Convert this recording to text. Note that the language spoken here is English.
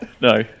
no